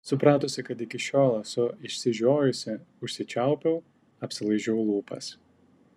supratusi kad iki šiol esu išsižiojusi užsičiaupiau apsilaižiau lūpas